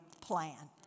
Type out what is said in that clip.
plan